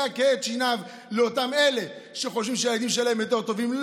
זה "הקהה את שיניו" לאלה שחושבים שהילדים שלהם יותר טובים.